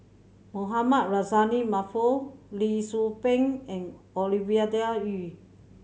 Mohamed Rozani Maarof Lee Tzu Pheng and Ovidia Yu